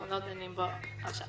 אנחנו לא דנים בו עכשיו.